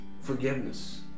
Forgiveness